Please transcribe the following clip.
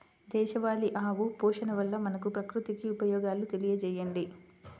దేశవాళీ ఆవు పోషణ వల్ల మనకు, ప్రకృతికి ఉపయోగాలు తెలియచేయండి?